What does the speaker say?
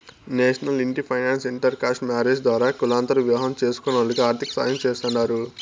national ఇంటి finance inter caste marriages ద్వారా కులాంతర వివాహం చేస్కునోల్లకి ఆర్థికసాయం చేస్తాండారు